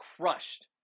crushed